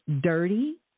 dirty